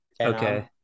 okay